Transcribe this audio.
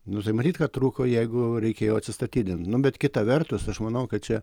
nu tai matyt kad trūko jeigu reikėjo atsistatydint nu bet kita vertus aš manau kad čia